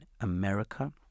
America